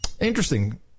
Interesting